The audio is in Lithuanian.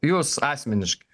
jūs asmeniškai